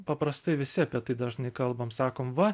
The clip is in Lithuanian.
paprastai visi apie tai dažnai kalbam sakom va